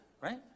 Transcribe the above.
right